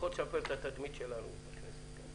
לפחות לשפר את התדמית שלנו בכנסת.